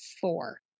four